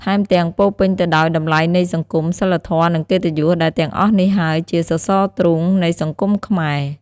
ថែមទាំង ពោរពេញទៅដោយតម្លៃនៃសង្គម សីលធម៌ និងកិត្តិយស ដែលទាំងអស់នេះហើយជាសរសរទ្រូងនៃសង្គមខ្មែរ។